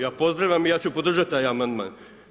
Ja pozdravljam i ja ću podržati taj amandman.